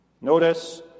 Notice